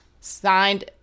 Signed